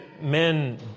men